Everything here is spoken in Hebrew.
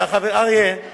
אריה, אני